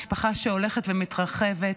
זו משפחה שהולכת ומתרחבת,